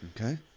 Okay